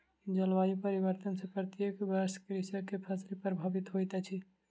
जलवायु परिवर्तन सॅ प्रत्येक वर्ष कृषक के फसिल प्रभावित होइत अछि